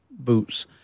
boots